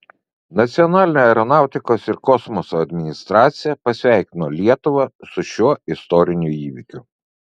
nacionalinė aeronautikos ir kosmoso administracija pasveikino lietuvą su šiuo istoriniu įvykiu